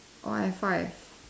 all have five